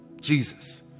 Jesus